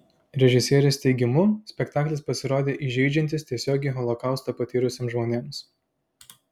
režisierės teigimu spektaklis pasirodė įžeidžiantis tiesiogiai holokaustą patyrusiems žmonėms